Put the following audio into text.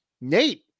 Nate